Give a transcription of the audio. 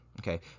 Okay